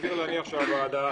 סביר להניח שהוועדה